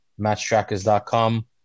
matchtrackers.com